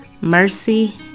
mercy